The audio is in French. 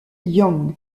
young